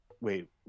wait